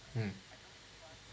mm